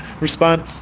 respond